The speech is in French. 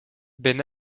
ben